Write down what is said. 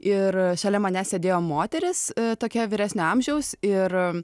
ir šalia manęs sėdėjo moteris tokia vyresnio amžiaus ir